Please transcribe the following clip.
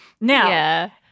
Now